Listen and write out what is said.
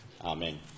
Amen